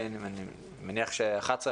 אני מניח שב-11:00,